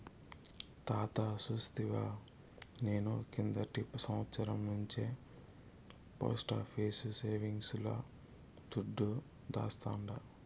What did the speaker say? తాతా సూస్తివా, నేను కిందటి సంవత్సరం నుంచే పోస్టాఫీసు సేవింగ్స్ ల దుడ్డు దాస్తాండా